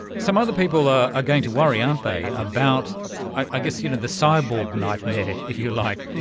some other people are are going to worry, aren't they, about i guess you know the cyborg nightmare, if you like,